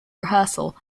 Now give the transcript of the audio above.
rehearsal